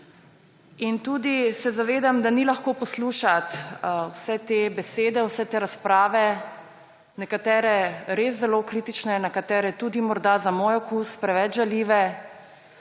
se tudi zavedam, da ni lahko poslušati vseh teh besed, vseh teh razprav, nekatere res zelo kritične, nekatere tudi morda, za moj okus, preveč žaljive.